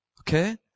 Okay